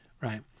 right